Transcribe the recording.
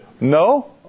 no